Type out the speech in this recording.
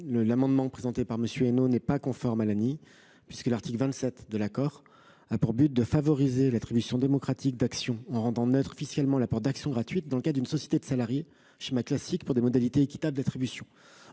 l’amendement présenté par M. Henno n’est pas conforme à l’ANI. En effet, l’article 27 de ce dernier tend à favoriser l’attribution démocratique d’actions en rendant neutre officiellement l’apport d’actions gratuites dans le cadre d’une société de salariés, schéma classique pour des modalités équitables d’attribution.